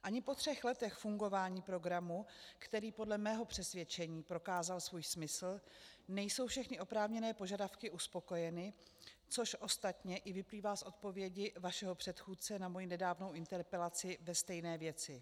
Ani po třech letech fungování programu, který podle mého přesvědčení prokázal svůj smysl, nejsou všechny oprávněné požadavky uspokojeny, což ostatně i vyplývá z odpovědi vašeho předchůdce na moji nedávnou interpelaci ve stejné věci.